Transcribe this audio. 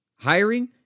Hiring